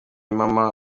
mama